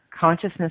consciousness